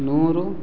ನೂರು